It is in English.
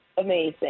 amazing